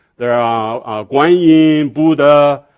there are guan yu, buddha,